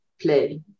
play